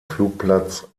flugplatz